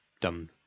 done